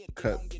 cut